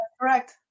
Correct